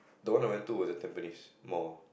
the one I went to was at Tampines Mall